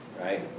right